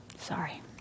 Sorry